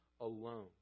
alone